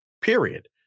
period